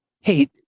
Hey